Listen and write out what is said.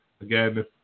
Again